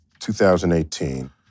2018